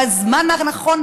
בזמן הנכון,